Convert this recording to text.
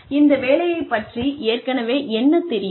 இந்த வேலையைப் பற்றி ஏற்கனவே என்ன தெரியும்